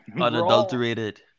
unadulterated